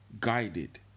guided